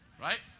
Right